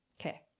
Okay